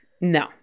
No